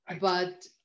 but-